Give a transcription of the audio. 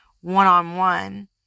one-on-one